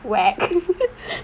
wack